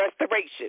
restoration